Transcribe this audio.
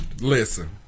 listen